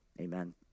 amen